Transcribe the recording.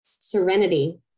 serenity